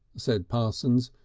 said parsons,